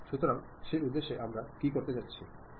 সুতরাং সেই উদ্দেশ্যে আমরা কি করতে যাচ্ছি